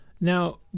Now